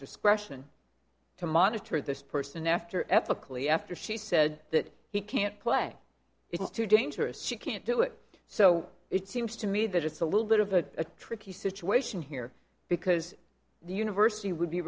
discretion to monitor this person after ethically after she said that he can't play it's too dangerous she can't do it so it seems to me that it's a little bit of a tricky situation here because the university would be